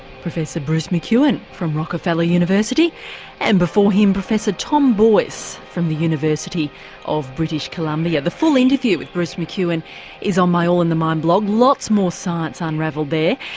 professor bruce mcewen from rockefeller university and before him professor tom boyce from the university of british columbia. the full interview with bruce mcewen is on the all in the mind blog. lots more science unravelled there.